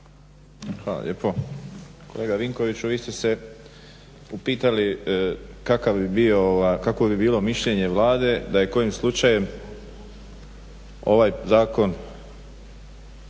Hvala lijepo. Kolega Vinkoviću vi ste se upitali kakvo bi bilo mišljenje Vlade da je kojim slučajem ovaj zakon